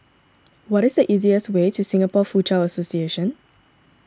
what is the easiest way to Singapore Foochow Association